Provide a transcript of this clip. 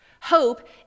Hope